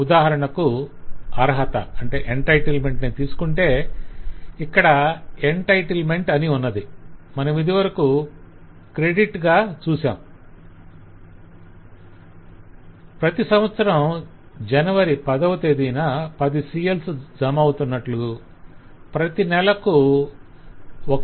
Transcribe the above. ఉదాహరణకు 'entitlement' 'అర్హత' నే తీసుకొంటే ఇక్కడ 'entitlement' అని ఉన్నది మనమిదివరకు 'credit' జమగా చూశాం - ప్రతి సంవత్సరం జనవరి 10వ తేదీన 10CLs జమ అవుతున్నట్లు ప్రతి నెలకు 1